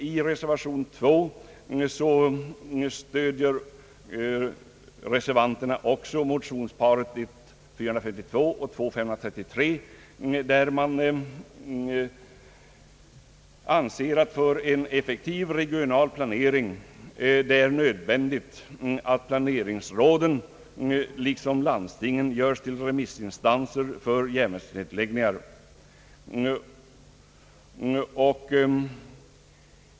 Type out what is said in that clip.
I reservation 2 stöder reservanterna motionsparet I:452 och II:533. Man anser att det för en effektiv regional planering torde vara nödvändigt att planeringsråden liksom «landstingen görs till remissinstanser för järnvägsnedläggningar.